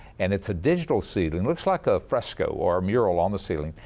and it's a digital ceiling, looks like a fresco or a mural on the ceiling.